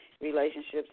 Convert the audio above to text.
relationships